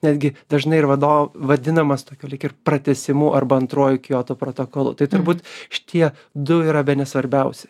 netgi dažnai ir vadovų vadinamas tokiu lyg ir pratęsimu arba antruoju kioto protokolu tai turbūt šitie du yra bene svarbiausi